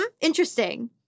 interesting